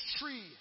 tree